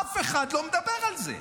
אף אחד לא מדבר על זה.